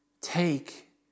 Take